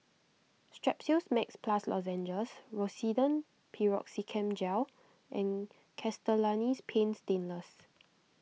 Strepsils Max Plus Lozenges Rosiden Piroxicam Gel and Castellani's Paint Stainless